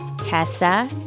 Tessa